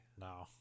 No